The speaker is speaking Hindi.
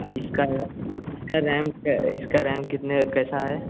इसका इसका रैम इसका रैम कितने कैसा है